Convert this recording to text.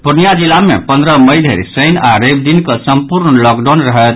पूर्णियां जिला मे पन्द्रह मई धरि शनि आओर रवि दिन कऽ सम्पूर्ण लॉकडाउन रहत